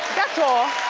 that's all.